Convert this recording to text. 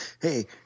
Hey